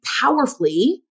powerfully